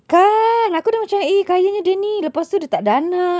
kan aku dah macam eh kayanya dia ni lepas tu dia tak ada anak